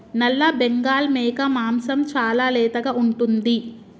నల్లబెంగాల్ మేక మాంసం చాలా లేతగా ఉంటుంది